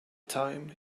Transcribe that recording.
time